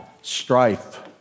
strife